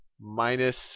minus